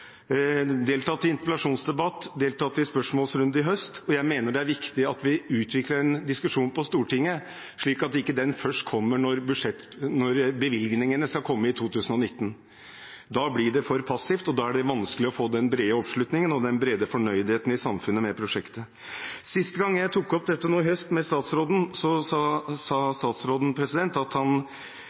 deltatt i interpellasjonsdebatt og deltatt i spørsmålsrunde i høst. Jeg mener det er viktig at vi utvikler en diskusjon på Stortinget, slik at ikke den først kommer når bevilgningene kommer i 2019. Da blir det for passivt, og da blir det vanskelig å få bred oppslutning og få til at bredden i samfunnet er fornøyd med prosjektet. Sist gang jeg tok opp dette med statsråden i høst, sa statsråden